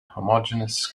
homogeneous